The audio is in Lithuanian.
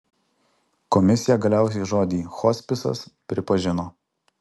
komisija galiausiai žodį hospisas pripažino